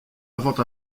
invente